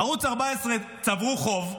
ערוץ 14 צבר חוב,